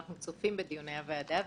אנחנו צופים בדיוני הוועדה,